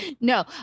No